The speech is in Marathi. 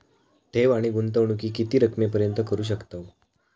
ठेव आणि गुंतवणूकी किती रकमेपर्यंत करू शकतव?